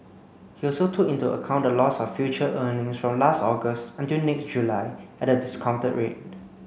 he also took into account the loss of future earnings from last August until next July at a discounted rate